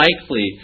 likely